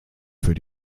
für